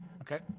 Okay